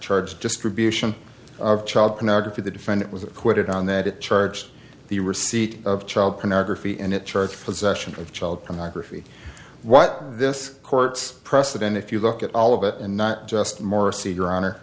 charge distribution of child pornography the defendant was acquitted on that charge the receipt of child pornography and it church possession of child pornography what this court's precedent if you look at all of it and not just morsi your honor